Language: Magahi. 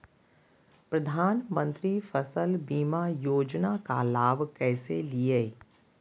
प्रधानमंत्री फसल बीमा योजना का लाभ कैसे लिये?